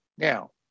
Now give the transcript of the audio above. Now